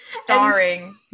starring